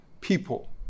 people